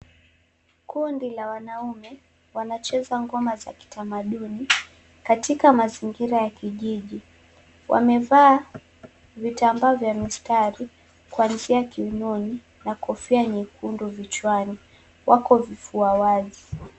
Kundi la wanaume wanacheza ngoma za kitamaduni katika mazingira ya kijiji. Wamevaa vitambaa vya mistari kuanzia kiunoni na kofia nyekundu vichwani. Wako vifua wazi.